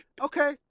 Okay